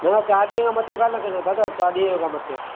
न न चार ॾींहं खां मथे कान लॻंदा दादा चार ॾींहं खां मथे